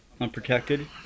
unprotected